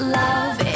love